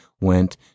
went